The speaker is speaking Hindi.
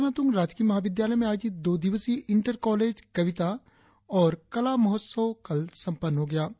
देरा नातूंग राजकीय महाविद्यालय में आयोजित दो दिवसीय इंटर कॉलेज कविता और कला महोत्सव कल संपन्न हो गया